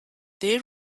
there